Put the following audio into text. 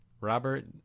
Robert